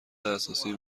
اساسی